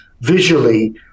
visually